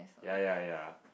ya ya ya